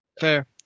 Fair